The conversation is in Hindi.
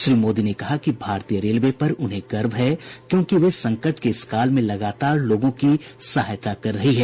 श्री मोदी ने कहा कि भारतीय रेलवे पर उन्हें गर्व है क्योंकि वे संकट के इस काल में लगातार लोगों की सहायता कर रही है